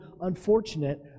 unfortunate